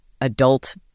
adult